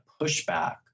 pushback